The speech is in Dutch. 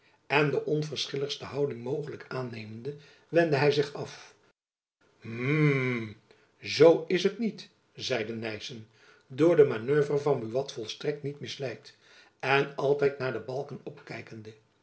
en de onverschilligste houding mogelijk aannemende wendde hy zich af hm zoo is het niet zeide nyssen door de manoeuvre van buat volstrekt niet misleid en altijd naar de balken opkijkende